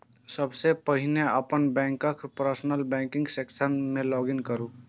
सबसं पहिने अपन बैंकक पर्सनल बैंकिंग सेक्शन मे लॉग इन करू